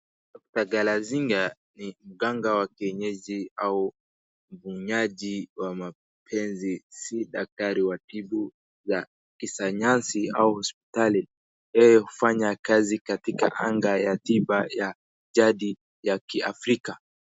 DR Galazinga ni mganga wa kienyaji au mvunyaji wa mapenzi si daktari wa tibu la kisayansi au hospitali. Yeye hufanya kazi katika anga ya tiba ya jadi ya kiafrika.